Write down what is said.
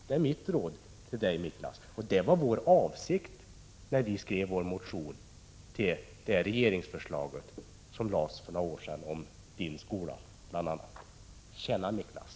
Det är mitt råd till dig, Miklas, och detta var vår avsikt när vi skrev vår motion med anledning av det regeringsförslag som lades fram för några år sedan om bl.a. din skola. Tjäna, Miklas!